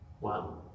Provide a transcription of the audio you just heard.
Wow